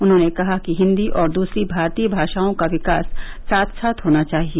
उन्होंने कहा कि हिन्दी और दूसरी भारतीय भाषाओं का विकास साथ साथ होना चाहिए